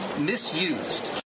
misused